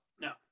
no